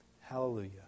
hallelujah